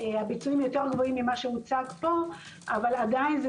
הביצועים יותר גבוהים ממה שמוצג פה אבל עדיין זה